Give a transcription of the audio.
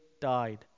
died